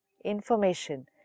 information